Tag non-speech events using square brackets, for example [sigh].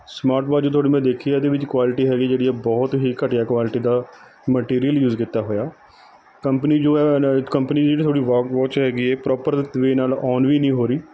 smart watch ਜੋ ਤੁਹਾਡੀ ਮੈਂ ਦੇਖੀ ਹੈ ਇਹਦੇ ਵਿੱਚ ਕੁਆਲਿਟੀ ਹੈਗੀ ਜਿਹੜੀ ਓਹ ਬਹੁਤ ਹੀ ਘਟੀਆ ਕੁਆਲਿਟੀ ਦਾ ਮਟੀਰੀਅਲ ਯੂਜ਼ ਕੀਤਾ ਹੋਇਆ ਕੰਪਨੀ ਜੋ ਹੈ [unintelligible] ਕੰਪਨੀ ਜਿਹੜੀ ਤੁਹਾਡੀ ਵੌਰਕ ਵੌਚ ਹੈਗੀ ਹੈ ਪ੍ਰੋਪਰ [unintelligible] ਵੇਅ ਨਾਲ ਔਨ ਵੀ ਨਹੀਂ ਹੋ ਰਹੀ